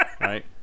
Right